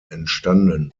entstanden